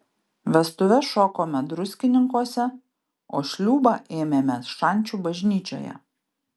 vestuves šokome druskininkuose o šliūbą ėmėme šančių bažnyčioje